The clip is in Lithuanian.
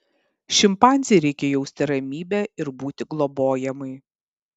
šimpanzei reikia jausti ramybę ir būti globojamai